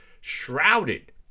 shrouded